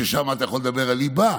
ששם אתה יכול לדבר על ליבה,